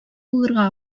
булырга